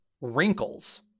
wrinkles